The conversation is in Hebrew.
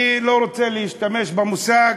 אני לא רוצה להשתמש במושג,